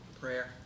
Prayer